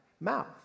Mouth